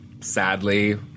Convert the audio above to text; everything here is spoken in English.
sadly